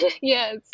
Yes